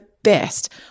best